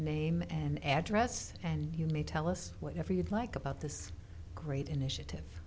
name and address and you may tell us what ever you like about this great initiative